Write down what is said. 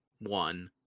one